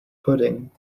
pudding